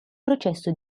processo